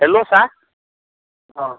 hello sir অঁ